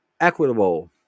equitable